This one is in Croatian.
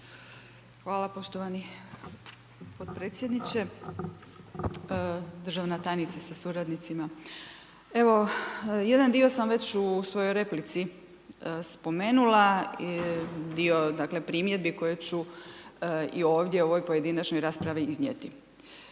Hvala poštovani potpredsjedniče. Državna tajnice sa suradnicima. Evo jedan dio sam već u svojoj replici spomenula, dio dakle, primjedbi koje ću i ovdje u ovoj pojedinačnoj raspravi iznijeti.